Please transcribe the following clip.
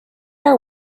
our